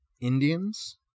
Indians